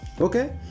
Okay